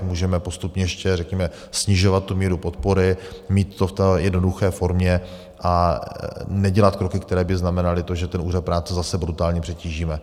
Můžeme postupně ještě řekněme snižovat míru podpory, mít to v jednoduché formě a nedělat kroky, které by znamenaly to, že Úřad práce zase brutálně přetížíme.